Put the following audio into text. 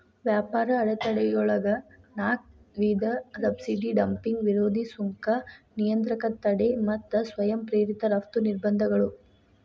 ವ್ಯಾಪಾರ ಅಡೆತಡೆಗಳೊಳಗ ನಾಕ್ ವಿಧ ಸಬ್ಸಿಡಿ ಡಂಪಿಂಗ್ ವಿರೋಧಿ ಸುಂಕ ನಿಯಂತ್ರಕ ತಡೆ ಮತ್ತ ಸ್ವಯಂ ಪ್ರೇರಿತ ರಫ್ತು ನಿರ್ಬಂಧಗಳು